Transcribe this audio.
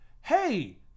hey